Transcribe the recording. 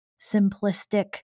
simplistic